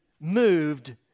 moved